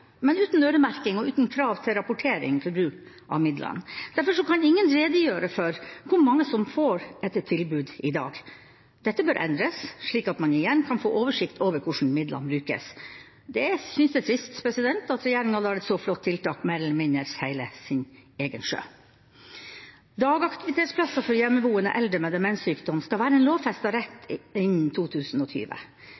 men uten øremerking og uten krav til rapportering for bruk av midlene. Derfor kan ingen redegjøre for hvor mange som får et tilbud i dag. Dette bør endres, slik at man igjen kan få oversikt over hvordan midlene brukes. Det er, synes jeg, trist at regjeringa lar et så flott tiltak mer eller mindre seile sin egen sjø. Dagaktivitetsplasser for hjemmeboende eldre med demenssykdom skal være en lovfestet rett